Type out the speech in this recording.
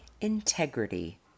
integrity